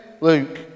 Luke